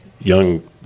young